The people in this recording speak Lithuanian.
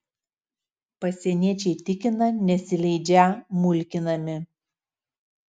pasieniečiai tikina nesileidžią mulkinami